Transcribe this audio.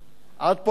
עד פה אני שומע.